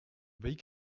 week